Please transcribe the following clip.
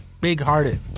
big-hearted